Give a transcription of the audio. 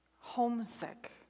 Homesick